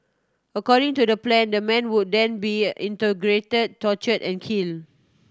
according to the plan the man would then be interrogated tortured and killed